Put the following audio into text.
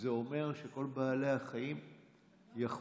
זה אומר שכל בעלי החיים יחוו,